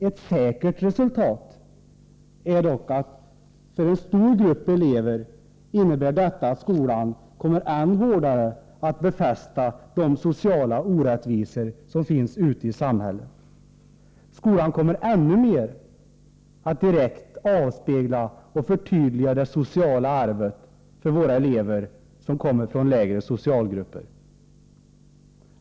Ett säkert resultat för en stor grupp elever är dock att skolan än hårdare kommer att befästa de sociala orättvisor som finns ute i samhället. Skolan kommer ännu mer att direkt avspegla och förtydliga det sociala arvet för våra elever som kommer från lägre socialgrupper.